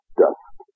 dust